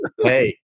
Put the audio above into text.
Hey